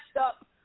up